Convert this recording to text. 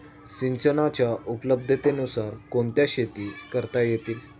सिंचनाच्या उपलब्धतेनुसार कोणत्या शेती करता येतील?